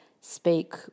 speak